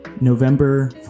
november